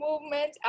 movement